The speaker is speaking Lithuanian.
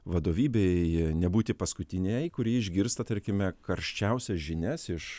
vadovybei nebūti paskutinei kurį išgirsta tarkime karščiausias žinias iš